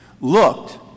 looked